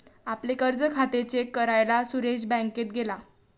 आपले कर्ज खाते चेक करायला सुरेश बँकेत गेला